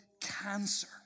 cancer